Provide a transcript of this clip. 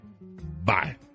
Bye